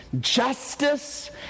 justice